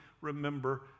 remember